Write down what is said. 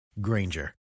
granger